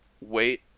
wait